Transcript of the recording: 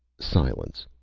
silence.